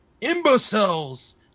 imbeciles